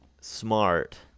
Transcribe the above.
smart